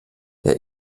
der